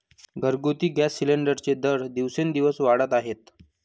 घरगुती गॅस सिलिंडरचे दर दिवसेंदिवस वाढत आहेत